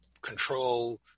control